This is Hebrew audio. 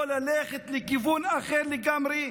או ללכת לכיוון אחר לגמרי,